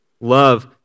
Love